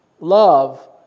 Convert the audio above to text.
Love